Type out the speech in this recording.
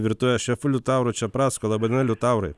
virtuvės šefu liutauru čepracku laba diena liutaurai